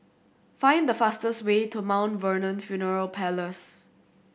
find the fastest way to Mount Vernon Funeral Parlours